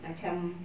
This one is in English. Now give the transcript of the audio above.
macam